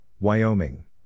Wyoming